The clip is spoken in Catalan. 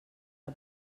del